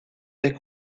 est